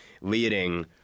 leading